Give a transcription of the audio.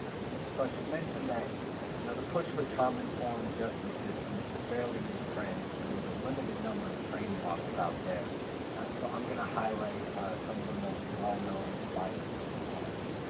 so i should mention that you know the push for trauma-informed justice system is a fairly new trend, so there's a limited number of training models out there and so i'm gonna highlight some of the most well known and widely used ones.